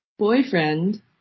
boyfriend